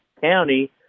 county